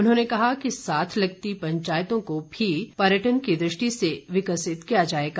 उन्होंने कहा कि साथ लगती पंचायतों को भी पर्यटन की दृष्टि से विकसित किया जाएगा